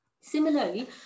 Similarly